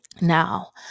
Now